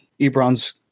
Ebron's